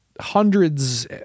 hundreds